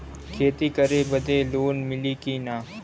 खेती करे बदे लोन मिली कि ना?